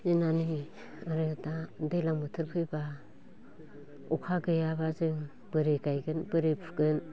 दिना नै आरो दा दैज्लां बोथोर फैब्ला अखा गैयाब्ला जों बोरै गायगोन बोरै फुगोन